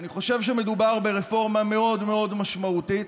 כי אני חושב שמדובר ברפורמה מאוד מאוד משמעותית